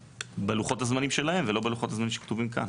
בלוחות הזמנים שלהם ולא בלוחות הזמנים שכתובים כאן.